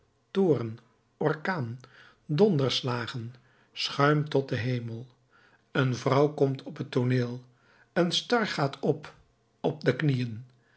toorn orkaan donderslagen schuim tot den hemel een vrouw komt op het tooneel een star gaat op op de knieën